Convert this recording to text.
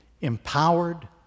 empowered